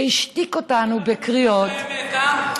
והשתיק אותנו בקריאות, את האמת, אה?